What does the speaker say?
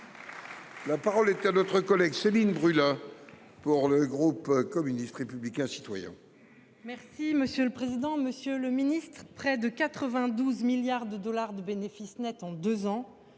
La parole est à Mme Céline Brulin, pour le groupe Communiste Républicain Citoyen